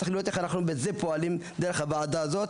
אז נצטרך לראות איך אנחנו פועלים דרך הוועדה הזו,